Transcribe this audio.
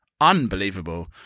Unbelievable